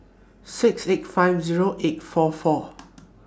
six eight five Zero eight four four